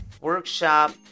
workshop